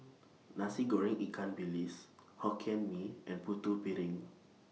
Nasi Goreng Ikan Bilis Hokkien Mee and Putu Piring